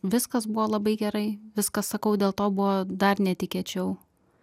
viskas buvo labai gerai viskas sakau dėl to buvo dar netikėčiau